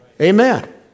Amen